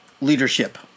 leadership